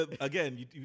again